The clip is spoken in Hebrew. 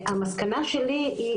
והמסקנה שלי היא,